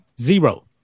Zero